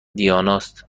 دیاناست